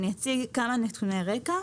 אציג כמה נתוני רקע